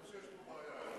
אומרים שיש פה בעיה.